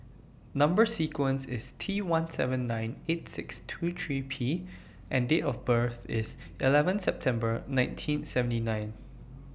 Number sequence IS T one seven nine eight six two three P and Date of birth IS eleven September nineteen seventy one